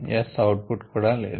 S output కూడా లేదు